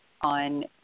on